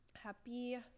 Happy